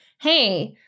hey